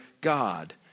God